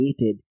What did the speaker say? created